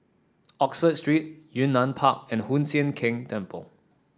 Oxford Street Yunnan Park and Hoon Sian Keng Temple